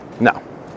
No